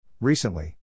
Recently